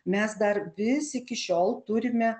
mes dar vis iki šiol turime